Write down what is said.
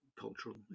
cultural